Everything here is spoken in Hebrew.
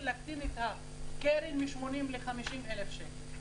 להקטין את הקרן מ-80,000 ל-50,000 שקל.